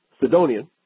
Sidonian